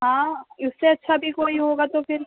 ہاں اُس سے اچھا بھی کوئی ہوگا تو پھر